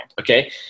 okay